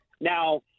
Now